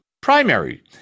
primary